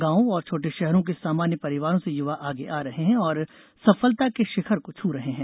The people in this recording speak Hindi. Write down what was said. गांवों और छोटे शहरों के सामान्य परिवारों से युवा आगे आ रहे हैं और सफलता के शिखर को छू रहे हैं